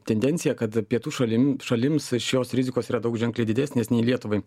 tendencija kad pietų šalim šalims šios rizikos yra daug ženkliai didesnės nei lietuvai